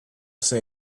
say